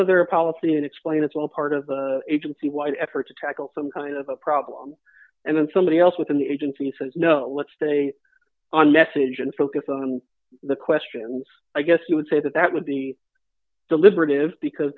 other policy and explain that's all part of the agency wide effort to tackle some kind of a problem and then somebody else within the agency says no let's stay on message and focus on the questions i guess you would say that that would be deliberative because